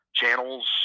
channels